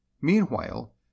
Meanwhile